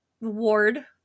ward